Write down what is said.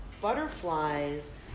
butterflies